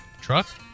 truck